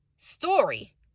story